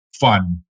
fun